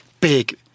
big